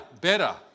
Better